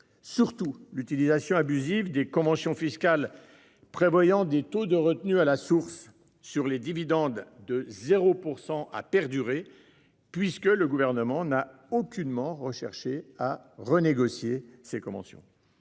Surtout, l'utilisation abusive des conventions fiscales prévoyant des taux de retenue à la source sur les dividendes de 0 % a perduré, le Gouvernement n'ayant jamais cherché à renégocier ces conventions.